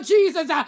Jesus